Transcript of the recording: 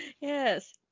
yes